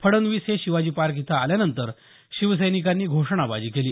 फडणवीस हे शिवाजी पार्क इथं आल्यानंतर शिवसैनिकांनी घोषणाबाजी केली